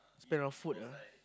spend around food ah